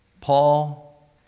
Paul